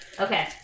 okay